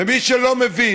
מי שלא מבין,